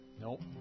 Nope